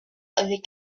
avec